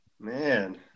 man